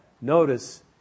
notice